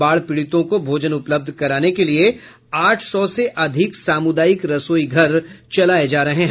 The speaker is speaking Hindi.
बाढ़ पीडितों को भोजन उपलब्ध कराने के लिए आठ सौ से अधिक सामूदायिक रसोई घर चलाए जा रहे हैं